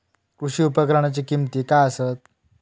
कृषी उपकरणाची किमती काय आसत?